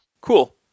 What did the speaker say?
Cool